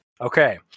Okay